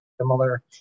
similar